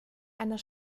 einer